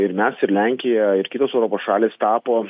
ir mes ir lenkija ir kitos europos šalys tapo